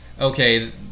okay